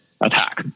attack